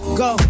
go